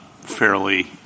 fairly